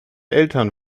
eltern